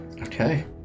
Okay